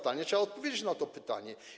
Trzeba odpowiedzieć na to pytanie.